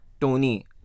Tony